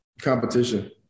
Competition